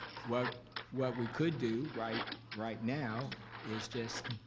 what what we could do, right right now is just